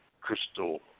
crystal